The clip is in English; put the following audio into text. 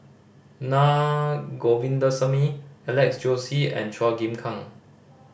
Naa Govindasamy Alex Josey and Chua Chim Kang